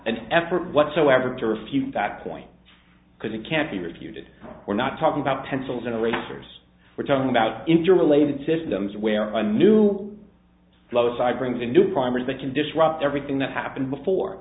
an effort whatsoever to refute that point because it can't be refuted we're not talking about pencils generators we're talking about interrelated systems where a new low side brings a new primers that can disrupt everything that happened before